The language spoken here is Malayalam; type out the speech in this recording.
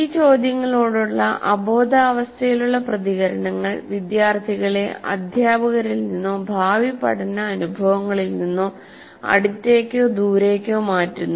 ഈ ചോദ്യങ്ങളോടുള്ള അബോധാവസ്ഥയിലുള്ള പ്രതികരണങ്ങൾ വിദ്യാർത്ഥികളെ അധ്യാപകരിൽ നിന്നോ ഭാവി പഠന അനുഭവങ്ങളിൽ നിന്നോ അടുത്തേക്കോ ദൂരെക്കോ മാറ്റുന്നു